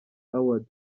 awards